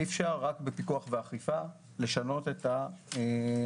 אי אפשר רק בפיקוח ואכיפה לשנות את המצב.